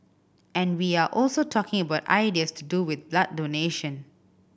and we are also talking about ideas to do with blood donation